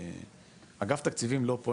אגף התקציבים לא פה,